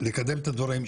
לקדם את הדברים,